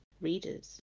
readers